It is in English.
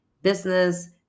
Business